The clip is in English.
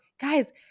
guys